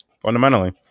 Fundamentally